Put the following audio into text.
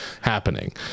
happening